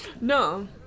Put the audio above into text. No